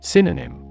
Synonym